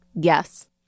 Yes